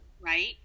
Right